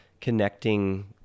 connecting